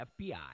FBI